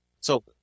So-